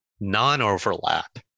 non-overlap